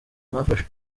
mwafashe